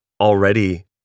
already